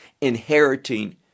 inheriting